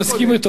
אני מסכים אתו,